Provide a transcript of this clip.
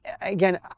again